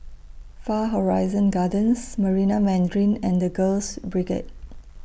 Far Horizon Gardens Marina Mandarin and The Girls Brigade